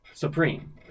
Supreme